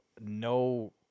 no